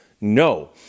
No